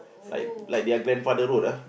like like their grandfather road ah